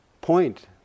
point